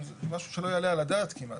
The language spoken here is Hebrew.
זה משהו שלא יעלה על הדעת כמעט.